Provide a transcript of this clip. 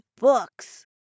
Books